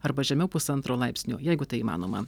arba žemiau pusantro laipsnio jeigu tai įmanoma